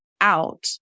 out